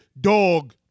Dog